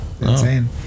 insane